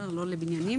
לא לבניינים.